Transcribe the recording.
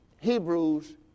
Hebrews